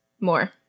more